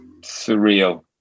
surreal